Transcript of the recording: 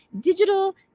Digital